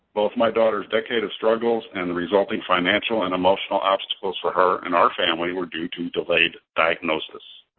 both my daughter's decade of struggles and the resulting financial and emotional obstacles for her and our family were due to delayed diagnosis.